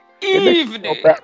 Evening